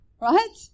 Right